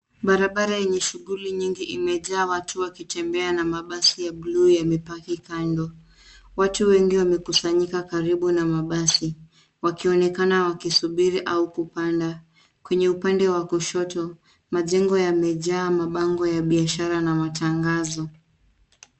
Barabara yenye shughuli nyingi imejaa watu wakitembea na mabasi ya buluu yamepaki kando. Watu wengi wamekusanyika karibu na mabasi, wakionekana wakisubiri au kupanda. Kwenye upande wa kushoto majengo yamejaa mabango ya biashara na matangazo.